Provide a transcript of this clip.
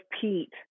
pete